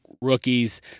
rookies